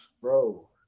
bro